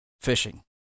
fishing